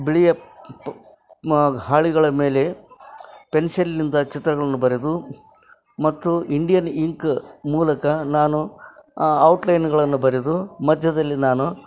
ಬಿಳಿಯ ಪ ಹಾಳೆಗಳ ಮೇಲೆ ಪೆನ್ಸಿಲ್ಲಿನಿಂದ ಚಿತ್ರಗಳನ್ನು ಬರೆದು ಮತ್ತು ಇಂಡಿಯನ್ ಇಂಕ್ ಮೂಲಕ ನಾನು ಔಟ್ಲೈನ್ಗಳನ್ನು ಬರೆದು ಮಧ್ಯ್ಯದಲ್ಲಿ ನಾನು